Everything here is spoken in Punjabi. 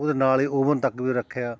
ਉਹਦੇ ਨਾਲ ਹੀ ਓਵਨ ਤੱਕ ਵੀ ਰੱਖਿਆ